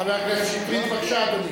חבר הכנסת שטרית, בבקשה, אדוני.